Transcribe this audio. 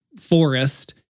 forest